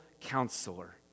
Counselor